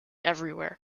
everywhere